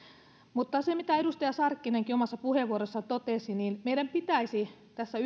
mutta se mitä edustaja sarkkinenkin omassa puheenvuorossaan totesi niin meidän pitäisi tässä